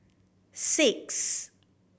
six